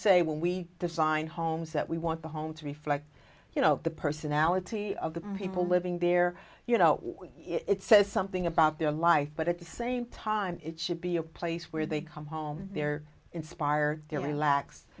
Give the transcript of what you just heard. say when we design homes that we want the home to reflect you know the personality of the people living there you know it says something about their life but at the same time it should be a place where they come home they're inspired t